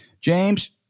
James